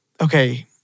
Okay